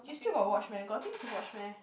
you still got watch meh got things to watch meh